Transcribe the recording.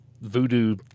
voodoo